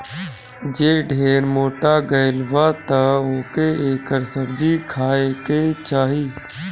जे ढेर मोटा गइल बा तअ ओके एकर सब्जी खाए के चाही